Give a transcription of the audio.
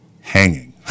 hanging